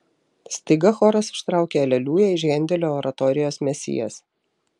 staiga choras užtraukė aleliuja iš hendelio oratorijos mesijas